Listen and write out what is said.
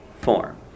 form